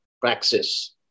praxis